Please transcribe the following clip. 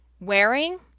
wearing